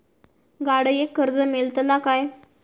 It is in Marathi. गाडयेक कर्ज मेलतला काय?